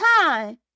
time